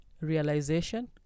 Realization